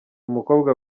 umukobwa